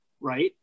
right